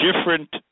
different